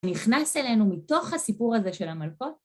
נכנס אלינו מתוך הסיפור הזה של המלכות.